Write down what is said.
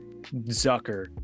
Zucker